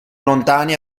lontani